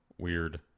weird